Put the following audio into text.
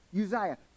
Uzziah